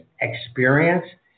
experience